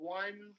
one